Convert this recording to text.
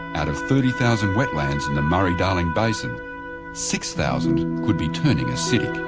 out of thirty thousand wetlands in the murray darling basin six thousand could be turning acidic.